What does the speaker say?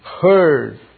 heard